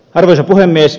arvoisa puhemies